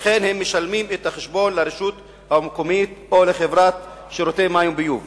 שכן הם משלמים את החשבון לרשות המקומית או לחברת שירותי מים וביוב.